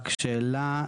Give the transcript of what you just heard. רק שאלה.